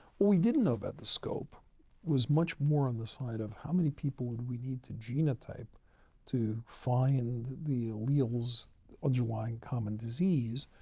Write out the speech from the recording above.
we didn't know about the scope. it was much more on the side of how many people would we need to genotype to find the alleles underlying common disease,